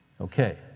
Okay